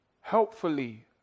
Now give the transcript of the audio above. helpfully